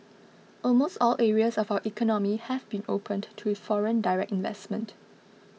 almost all areas of our economy have been opened to foreign direct investment